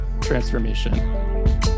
transformation